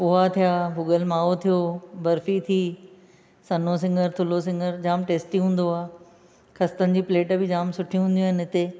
पोहा थिया भुॻलु माओ थियो बर्फ़ी थी सन्हो सिङर थुलो सिङर जामु टेस्टी हूंदो आहे ख़स्तनि जी प्लेट बि जामु सुठी हूंदी आहिनि इते